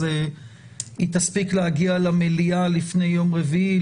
אז היא תספיק להגיע למליאה לפני יום רביעי,